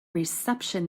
reception